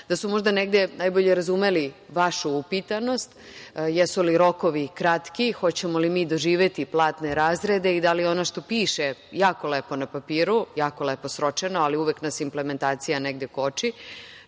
da su možda negde najbolje razumeli vašu upitanost jesu li rokovi kratki, hoćemo li mi doživeti platne razrede i da li ono što piše jako lepo na papiru, jako lepo sročeno, ali uvek nas implementacija negde koči,